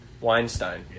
Weinstein